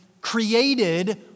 created